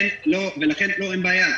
אין בעיה.